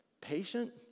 Patient